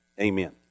amen